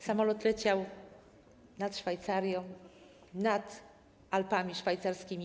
Samolot leciał nad Szwajcarią, nad Alpami szwajcarskimi.